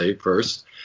first